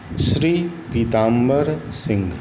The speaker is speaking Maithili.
श्री पीताम्बर सिंह